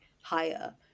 higher